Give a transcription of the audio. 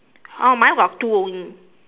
oh mine got two only